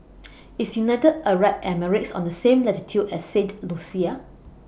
IS United Arab Emirates on The same latitude as Saint Lucia